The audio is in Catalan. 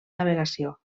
navegació